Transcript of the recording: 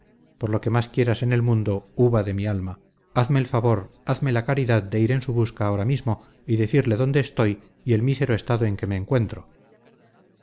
por lo que más quieras en el mundo uva de mi alma hazme el favor hazme la caridad de ir en su busca ahora mismo y decirle dónde estoy y el mísero estado en que me encuentro